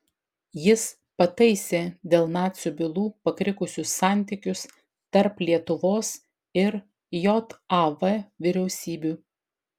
jis pataisė dėl nacių bylų pakrikusius santykius tarp lietuvos ir jav vyriausybių